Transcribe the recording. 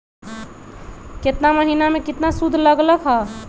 केतना महीना में कितना शुध लग लक ह?